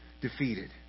defeated